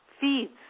feeds